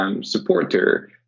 supporter